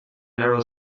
narrow